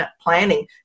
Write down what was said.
planning